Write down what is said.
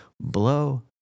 blow